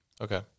Okay